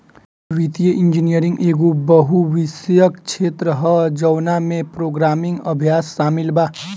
वित्तीय इंजीनियरिंग एगो बहु विषयक क्षेत्र ह जवना में प्रोग्रामिंग अभ्यास शामिल बा